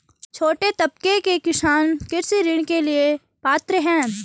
छोटे तबके के किसान कृषि ऋण के लिए पात्र हैं?